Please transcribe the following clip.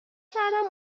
کردم